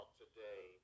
today